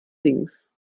links